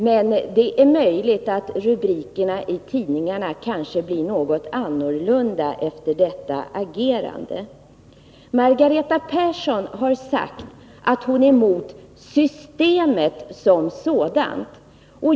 Men det är möjligt att rubrikerna i tidningarna kanske blir något annorlunda efter detta agerande. Margareta Persson har förklarat att hon är emot systemet som sådant.